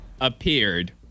appeared